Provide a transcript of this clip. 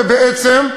ובעצם,